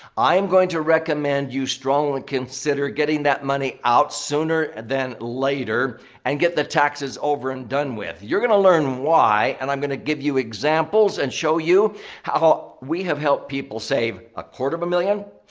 i'm going to recommend you strongly consider getting that money out sooner than later and get the taxes over and done with. you're going to learn why and i'm going to give you examples and show you how we have helped people save a quarter of a million,